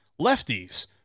lefties